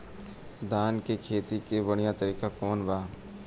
धान के खेती के बढ़ियां तरीका कवन बा?